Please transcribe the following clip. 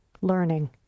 learning